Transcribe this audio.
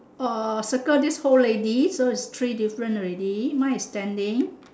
orh circle this whole lady so it's three difference already mine is standing